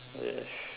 yes